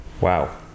Wow